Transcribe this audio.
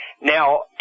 Now